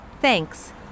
Thanks